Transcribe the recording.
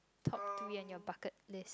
top three in your bucket list